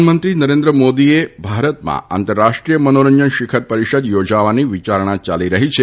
પ્રધાનમંત્રી નરેન્દ્રમોદી એ ભારતમાં આંતરરાષ્ટ્રીય મનોરંજન શિખર પરિષદ યોજવાની વિયારણા થઇ રહી છે